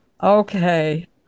Okay